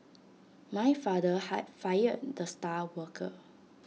my father hi fired the star worker